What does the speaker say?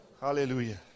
Hallelujah